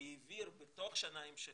העביר בתוך שנה המשכית,